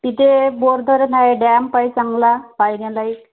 तिथे बोर धरण आहे डॅम्प आहे चांगला पाहण्यालायक